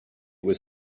was